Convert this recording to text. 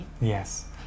Yes